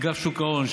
אגף שוק ההון,